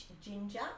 Ginger